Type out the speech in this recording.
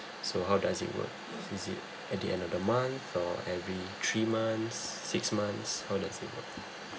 so how does it work is it at the end of the month or every three months six months how does it work